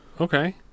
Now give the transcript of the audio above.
Okay